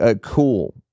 cool